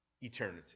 eternity